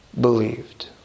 believed